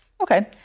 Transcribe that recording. Okay